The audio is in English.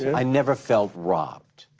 i never felt robbed.